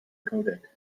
codec